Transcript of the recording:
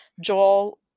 Joel